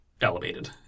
elevated